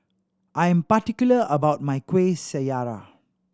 I am particular about my Kuih Syara